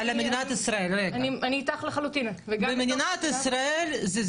כל התשובות כמובן, אני מאמינה שיש לכם